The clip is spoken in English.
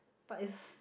but is